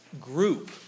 group